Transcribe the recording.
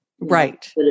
right